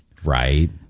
right